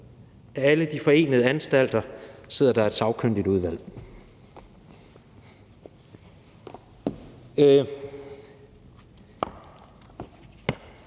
alle de forenede anstalter sidder der et sagkyndigt udvalg«.